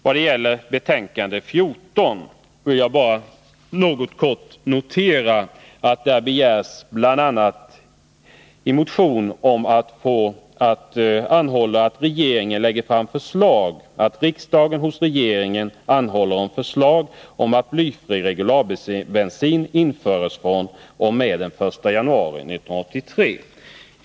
Vad gäller betänkande nr 14 vill jag bara kort notera att däri bl.a. behandlas en motion med yrkande om att riksdagen anhåller att regeringen lägger fram förslag om att blyfri regularbensin införs fr.o.m. den 1 januari 1983.